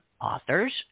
authors